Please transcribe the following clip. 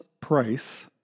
price